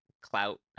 clout